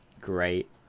Great